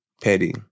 petty